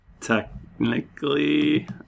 Technically